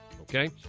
Okay